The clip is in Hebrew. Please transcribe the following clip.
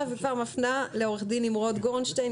ואני כבר מפנה אותה לעו"ד נמרוד גורנשטיין,